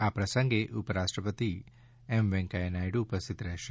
આ પ્રસંગે ઉપરાષ્ટ્રપતિ શ્રી વેકૈયા નાયડુ ઉપસ્થિત રહેશે